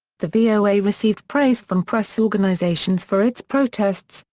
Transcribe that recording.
the voa received praise from press organizations for its protests,